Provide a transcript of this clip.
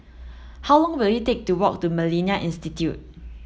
how long will it take to walk to Millennia Institute